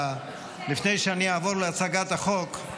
לפני שאני אעבור להצגת החוק,